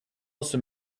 also